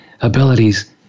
abilities